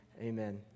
Amen